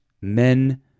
men